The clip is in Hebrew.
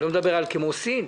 וכמו סין,